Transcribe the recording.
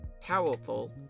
Powerful